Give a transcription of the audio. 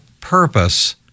purpose